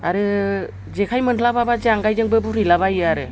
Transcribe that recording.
आरो जेखाइ मोनस्लाबाबा जांगायजोंबो गुरहैलाबायो आरो